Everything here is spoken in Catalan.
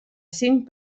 cinc